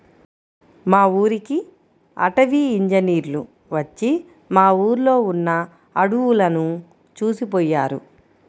మా ఊరికి అటవీ ఇంజినీర్లు వచ్చి మా ఊర్లో ఉన్న అడువులను చూసిపొయ్యారు